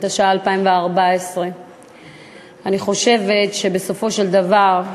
התשע"ה 2014. אני חושבת שבסופו של דבר,